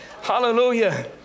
Hallelujah